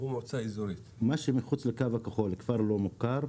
מה שמחוץ לקו הכחול, כפר לא מוכר,